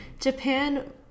japan